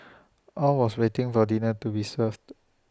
all was waiting for dinner to be served